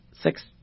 six